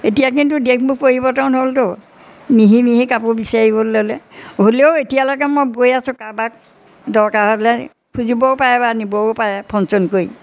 এতিয়া কিন্তু দেশবোৰ পৰিৱৰ্তন হ'লতো মিহি মিহি কাপোৰ বিচাৰিবলৈ ল'লে হ'লেও এতিয়ালৈকে মই বৈ আছোঁ কাৰোবাক দৰকাৰ হ'লে খুজিবও পাৰে বা নিবও পাৰে ফোন চোন কৰি